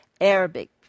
Arabic